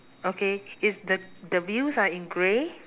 okay is the the wheels are in grey